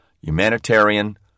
humanitarian